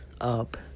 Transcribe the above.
up